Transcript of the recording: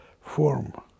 form